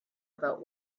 about